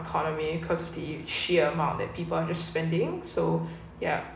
economy costly she amount that people just spending so ya